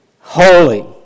holy